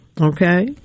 Okay